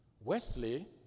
Wesley